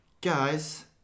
Guys